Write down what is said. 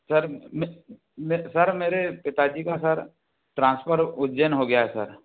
sir मैं sir मेरे पिता जी का सर ट्रांसफर उज्जैन हो गया है सर